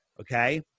Okay